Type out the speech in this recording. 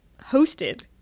hosted